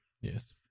yes